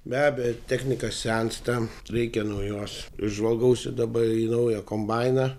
be abejo technika sensta reikia naujos žvalgausi dabar į naują kombainą